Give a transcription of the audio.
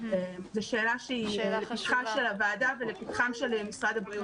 זו שאלה שהיא לפתחה של הוועדה ולפתחו של משרד הבריאות.